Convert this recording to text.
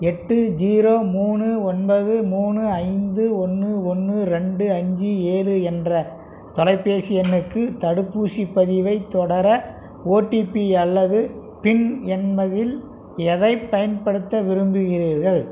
எட்டு ஜீரோ மூணு ஒன்பது மூணு ஐந்து ஒன்று ஒன்று ரெண்டு அஞ்சு ஏழு என்ற தொலைபேசி எண்ணுக்கு தடுப்பூசிப் பதிவைத் தொடர ஓடிபி அல்லது பின் என்பதில் எதைப் பயன்படுத்த விரும்புகிறீர்கள்